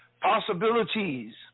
possibilities